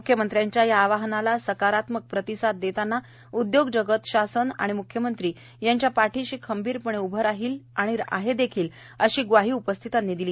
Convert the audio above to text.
म्ख्यमंत्र्यांच्या आवाहनाला सकारात्मक प्रतिसाद देतांना उद्योग जगत शासन आणि म्ख्यमंत्री यांच्या पाठीशी खंबीरपणे उभे आहे आणि राहील अशी ग्वाही उपस्थितांनी दिली